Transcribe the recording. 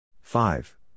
Five